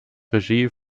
regie